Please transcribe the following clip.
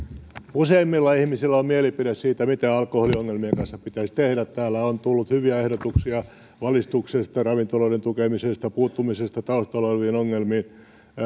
useimmilla ihmisillä on mielipide siitä mitä alkoholiongelmien kanssa pitäisi tehdä täällä on tullut hyviä ehdotuksia valistuksesta ravintoloiden tukemisesta puuttumisesta taustalla oleviin ongelmiin